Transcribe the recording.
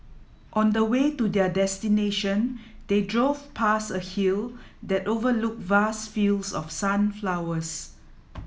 on the way to their destination they drove past a hill that overlooked vast fields of sunflowers